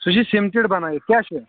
سُہ چھِ سِمٹِڈ بَنٲیِتھ کیٛاہ چھِ